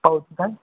पावती काय